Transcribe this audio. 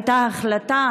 הייתה החלטה,